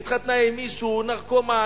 הבת שלי התחתנה עם מישהו נרקומן,